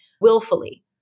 willfully